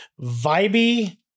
vibey